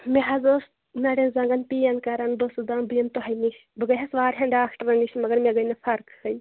مےٚ حظ ٲس نَڈیٚن زَنگن پین کَرَان بہٕ ٲسٕس دَپن بہٕ یِم تۄہہِ نِش بہٕ گٔیس واریاہن ڈاکٹرن نِش مگر مےٚ گٔے نہٕ فرقٕے